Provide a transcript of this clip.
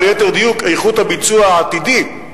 או ליתר דיוק: איכות הביצוע העתידי.